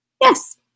Yes